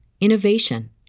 innovation